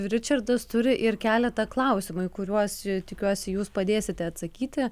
ričardas turi ir keletą klausimų į kuriuos jūs tikiuosi jūs padėsite atsakyti